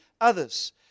others